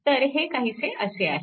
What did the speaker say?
तर हे काहीसे असे आहे